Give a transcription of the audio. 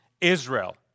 Israel